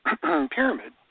pyramid